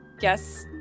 Yes